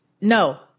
no